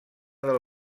del